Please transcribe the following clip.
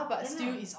ya lah